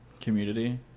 community